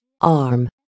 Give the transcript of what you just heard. Arm